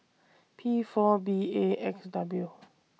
P four B A X W